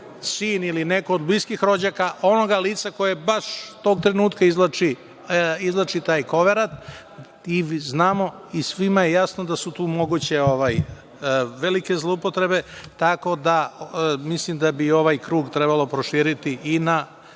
sin ili neko od bliskih rođaka onog lica koje baš tog trenutka izvlači taj koverat i znamo i svima je jasno da su tu moguće velike zloupotrebe, tako da mislim bi ovaj krug trebalo proširiti i na